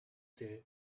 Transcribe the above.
there